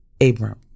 Abram